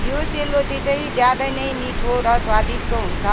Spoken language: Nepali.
यो सेलरोटी चाहिँ ज्यादै नै मिठो र स्वादिष्ट हुन्छ